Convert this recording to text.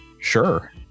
Sure